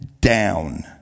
down